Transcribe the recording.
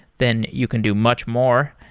then you can do much more.